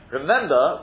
Remember